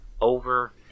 over